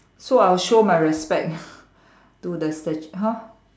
so I'll show my respect to the stat~ !huh!